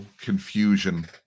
confusion